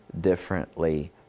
differently